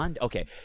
Okay